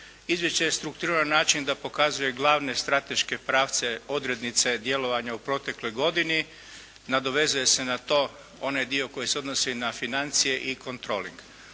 Izvješće je strukturirano na način da pokazuje glavne strateške pravce, odrednice djelovanja u protekloj godini. Nadovezuje se na to onaj dio koji se odnosi na financije i kontroling.